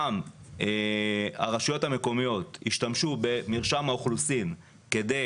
שהרשויות המקומיות ישתמשו במרשם האוכלוסין כדי